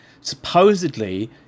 supposedly